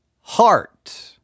heart